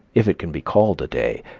if it can be called a day,